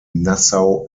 nassau